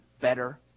better